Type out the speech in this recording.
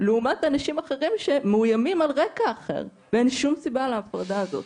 לעומת אנשים אחרים שמאוימים על רקע אחר ואין שום סיבה להפרדה הזאת.